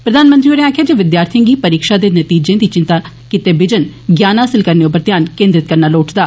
प्रधानमंत्री होरें आक्खेआ विद्यार्थियें गी परीक्षा ते नतीजे दी चिंता कीते जाने बिजन ज्ञान हासल करने उप्पर ध्यान केन्द्रित करना लोड़चदा